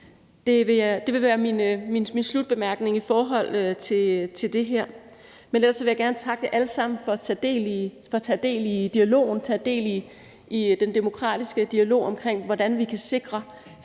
Det vil være min slutbemærkning i forhold til det her. Jeg vil gerne takke jer alle sammen for at tage del i den demokratiske dialog, omkring, hvordan vi kan sikre,